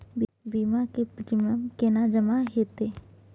बीमा के प्रीमियम केना जमा हेते?